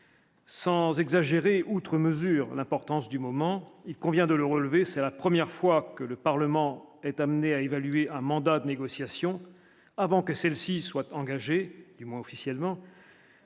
sans exagérer outre mesure l'importance du moment, il convient de le relever, c'est la première fois que le Parlement ait amené à évaluer un mandat de négociation avant que celle-ci soit du moins officiellement,